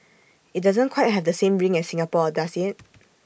IT doesn't quite have the same ring as Singapore does IT